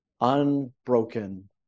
Unbroken